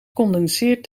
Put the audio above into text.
condenseert